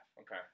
Okay